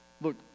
Look